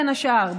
בין השאר,